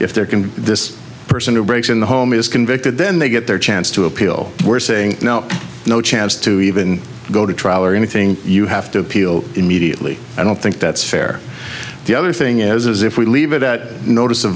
if there can be this person who breaks in the home is convicted then they get their chance to appeal we're saying no no chance to even go to trial or anything you have to appeal immediately i don't think that's fair the other thing is if we leave it at notice a